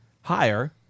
higher